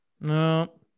No